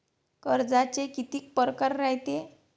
कर्जाचे कितीक परकार रायते?